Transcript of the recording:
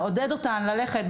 לעודד אותן ללכת,